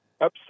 upset